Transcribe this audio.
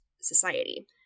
society